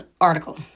article